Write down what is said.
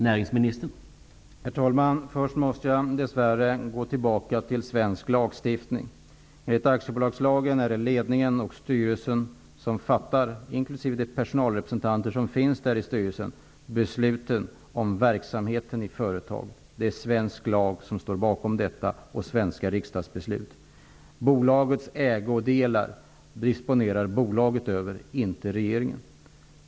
Herr talman! Först måste jag dess värre gå tillbaka till svensk lagstiftning. Enligt aktiebolagslagen är det ledningen och styrelsen, inklusive personalrepresentanterna, som fattar besluten om verksamheten i företaget. Svensk lag och svenska riskdagsbeslut står bakom detta. Bolagets ägodelar disponerar bolaget över -- inte regeringen.